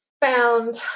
Found